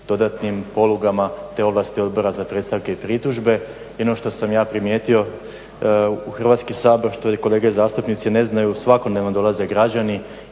dodatnim polugama te ovlasti Odbora za predstavke i pritužbe. I ono što sam ja primijetio u Hrvatski sabora što i kolega zastupnici ne znaju, svakodnevno dolaze građani